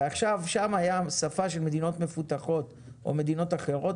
ועכשיו שם הייתה שפה של מדינות מפותחות או מדינות אחרות,